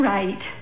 Right